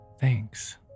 Thanks